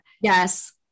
Yes